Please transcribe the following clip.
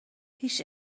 هیچ